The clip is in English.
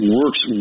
works